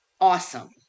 awesome